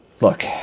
Look